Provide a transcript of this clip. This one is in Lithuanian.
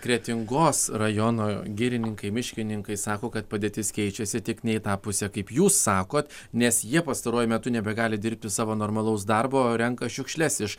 kretingos rajono girininkai miškininkai sako kad padėtis keičiasi tik ne į tą pusę kaip jūs sakot nes jie pastaruoju metu nebegali dirbti savo normalaus darbo renka šiukšles iš